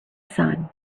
sun